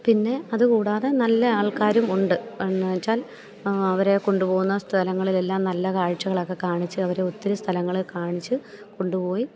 പിന്നെ അതു കൂടാതെ നല്ല ആൾക്കാരും ഉണ്ട് എന്നുവച്ചാൽ അവരെ കൊണ്ടുപോകുന്ന സ്ഥലങ്ങളിലെല്ലാം നല്ല കാഴ്ചകളൊക്കെ കാണിച്ച് അവരെ ഒത്തിരി സ്ഥലങ്ങളെ കാണിച്ച് കൊണ്ടുപോയി